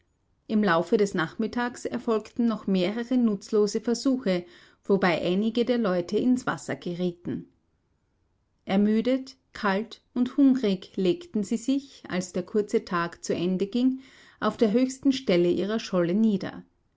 im laufe des nachmittags erfolgten noch mehrere nutzlose versuche wobei einige der leute ins wasser gerieten ermüdet kalt und hungrig legten sie sich als der kurze tag zu ende ging auf der höchsten stelle ihrer scholle nieder